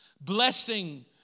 Blessing